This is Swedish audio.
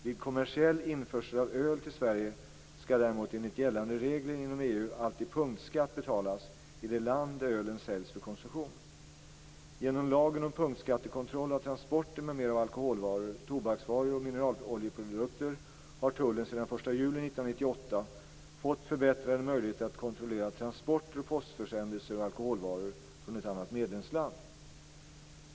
Vid kommersiell införsel av öl till Sverige skall däremot enligt gällande regler inom EU alltid punktskatt betalas i det land där ölen säljs för konsumtion. Genom lagen om punktskattekontroll av transporter m.m. av alkoholvaror, tobaksvaror och mineraloljeprodukter har tullen sedan den 1 juli 1998 fått förbättrade möjligheter att kontrollera transporter och postförsändelser av alkoholvaror från ett annat medlemsland.